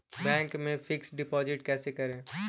Bank में fix deposit कैसे करें?